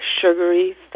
sugary